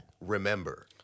Remember